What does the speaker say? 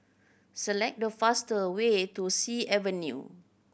select the faster way to Sea Avenue